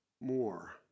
more